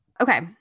Okay